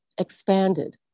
expanded